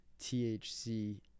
THC